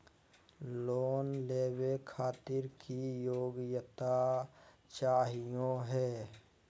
Loan लेवे खातीर की योग्यता चाहियो हे?